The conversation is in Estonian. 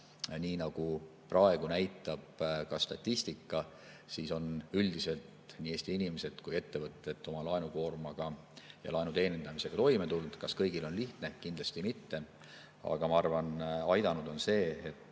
Nii nagu praegu näitab ka statistika, on üldiselt nii Eesti inimesed kui ka ettevõtted oma laenukoormaga ja laenu teenindamisega toime tulnud. Kas kõigil on lihtne? Kindlasti mitte. Aga ma arvan, et aidanud on see, et